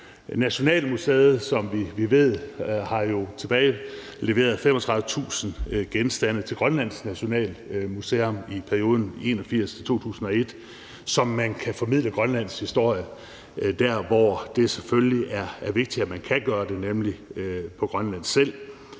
Nationalmuseet har jo, som vi ved, tilbageleveret 35.000 genstande til Grønlands nationalmuseum i perioden 1981-2001, så man kan formidle Grønlands historie der, hvor det selvfølgelig er vigtigt, at man kan gøre det, nemlig på Grønland selv.